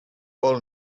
pol